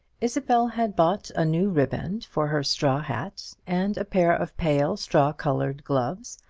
isabel had bought a new riband for her straw hat and a pair of pale straw-coloured gloves,